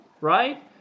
right